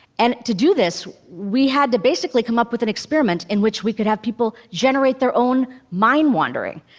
and to do this, we had to basically come up with an experiment in which we could have people generate their own mind-wandering.